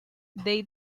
they